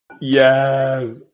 Yes